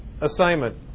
assignment